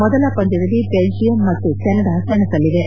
ಮೊದಲ ಪಂದ್ದದಲ್ಲಿ ಬೆಲ್ಲಿಯಂ ಮತ್ತು ಕೆನಡಾ ಸೆಣಸಲಿವೆ